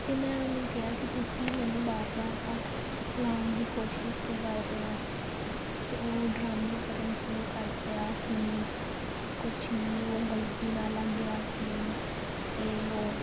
ਅਤੇ ਮੈਂ ਉਹਨੂੰ ਕਿਹਾ ਕਿ ਤੁਸੀਂ ਮੈਨੂੰ ਵਾਰ ਵਾਰ ਹੱਥ ਲਗਾਉਣ ਦੀ ਕੋਸ਼ਿਸ਼ ਕਿਉਂ ਕਰ ਰਹੇ ਹੋ ਤਾਂ ਉਹ ਡਰਾਮੇ ਕਰਨ ਸ਼ੁਰੂ ਕਰ ਪਿਆ ਕਿ ਕੁਝ ਨਹੀਂ ਉਹ ਗਲਤੀ ਨਾਲ ਲੱਗ ਗਿਆ ਸੀ ਇਹ ਵੋ